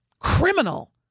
Criminal